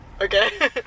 Okay